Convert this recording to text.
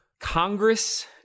Congress